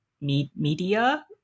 media